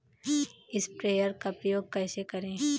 Sprayer का उपयोग कैसे करें?